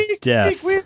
death